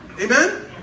Amen